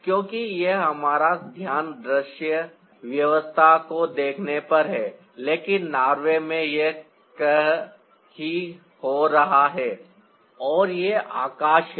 क्योंकि यहां हमारा ध्यान दृश्य व्यवस्था को देखने पर है लेकिन नॉर्वे में यह कहीं हो रहा है और यह आकाश है